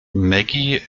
maggie